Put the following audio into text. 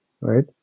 right